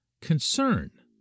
concern